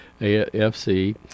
AFC